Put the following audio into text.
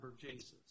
Jesus